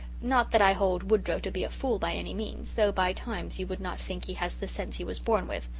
not that i hold woodrow to be a fool by any means, though by times you would not think he has the sense he was born with.